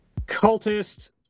cultist